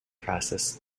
process